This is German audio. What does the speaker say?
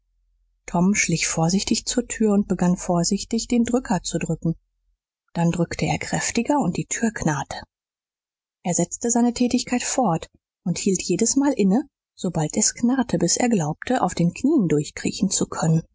tom schlich vorsichtig zur tür und begann vorsichtig den drücker zu drücken dann drückte er kräftiger und die tür knarrte er setzte seine tätigkeit fort und hielt jedesmal inne sobald es knarrte bis er glaubte auf den knien durchkriechen zu können